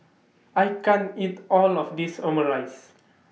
I can't eat All of This Omurice